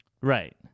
Right